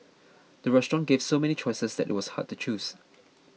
the restaurant gave so many choices that it was hard to choose